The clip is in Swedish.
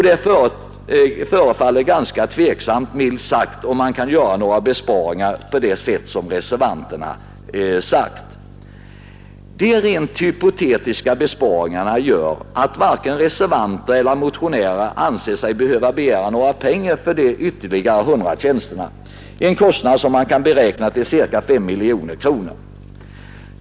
Det förefaller ganska tveksamt, milt sagt, att man skulle kunna göra några besparingar på det sätt som reservanterna tänker sig. Dessa rent hypotetiska besparingar gör att varken reservanter eller motionärer anser sig behöva begära några pengar för de ytterligare 100 tjänsterna — kostnaderna för dessa kan beräknas till ca 5 miljoner kronor.